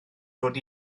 dod